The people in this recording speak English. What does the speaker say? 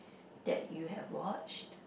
that you have watched